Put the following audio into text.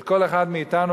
ואת כל אחד מאתנו,